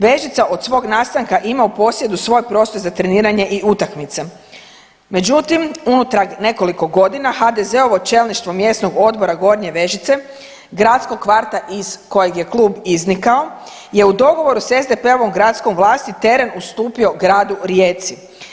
Vežica od svog nastanka ima u posjedu svoj prostor za treniranje i utakmice, međutim unutar nekoliko godina HDZ-ovo čelništvo Mjesnog odbora Gornje Vežice, gradskog kvarta iz kojeg je klub iznikao je u dogovoru s SDP-ovom gradskom vlasti teren ustupio gradu Rijeci.